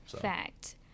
Fact